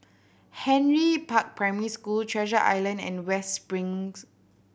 Henry Park Primary School Treasure Island and West Springs